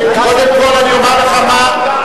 קודם כול אני אומר לך מה,